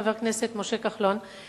חבר הכנסת משה כחלון,